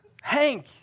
Hank